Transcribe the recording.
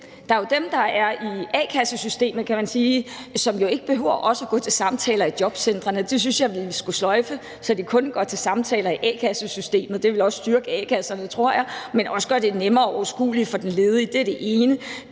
Der er dem, der er i a-kassesystemet, kan man sige, som jo ikke også behøver at gå til samtaler i jobcentrene. Det synes jeg vi skulle sløjfe, så de kun går til samtaler i a-kassesystemet. Det ville styrke a-kasserne, tror jeg, men også gøre det nemmere og mere overskueligt for den ledige. Og a-kasserne